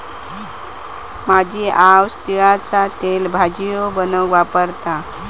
माझी आऊस तिळाचा तेल भजियो बनवूक वापरता